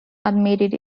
admitted